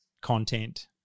content